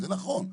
זה נכון,